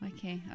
Okay